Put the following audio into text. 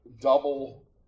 double